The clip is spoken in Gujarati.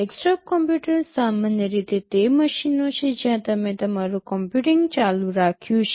ડેસ્કટોપ કમ્પ્યુટર્સ સામાન્ય રીતે એ મશીનો છે જ્યાં તમે તમારું કમ્પ્યુટિંગ ચાલુ રાખ્યું છે